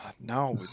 no